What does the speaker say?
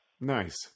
nice